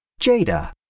Jada